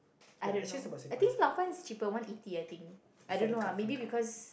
I don't know I think laoban is cheaper one-eighty I think I don't know ah maybe because